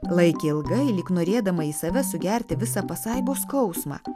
laikė ilgai lyg norėdama į save sugerti visą pasaibos skausmą